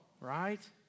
right